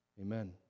amen